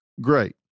great